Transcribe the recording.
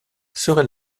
serait